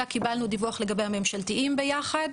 אלא קיבלה דיווח: לגבי הממשלתיים ביחד,